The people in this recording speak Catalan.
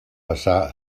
passar